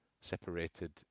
separated